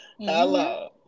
Hello